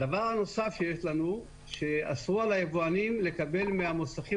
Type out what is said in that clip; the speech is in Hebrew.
הדבר הנוסף הוא שאסרו על היבואנים לקבל מהמוסכים